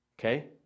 Okay